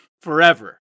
forever